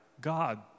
God